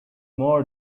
more